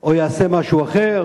או ישבש ראיות?